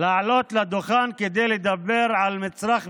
לעלות לדוכן כדי לדבר על מצרך בסיסי,